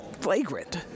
flagrant